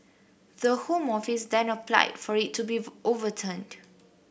the Home Office then applied for it to be overturned